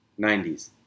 90s